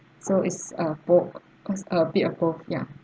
so it's uh both cause ah bit of both ya